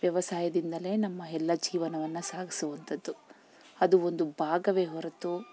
ವ್ಯವಸಾಯದಿಂದಲೇ ನಮ್ಮ ಎಲ್ಲ ಜೀವನವನ್ನು ಸಾಗಿಸುವಂಥದ್ದು ಅದು ಒಂದು ಭಾಗವೇ ಹೊರತು